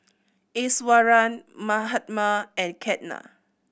Iswaran Mahatma and Ketna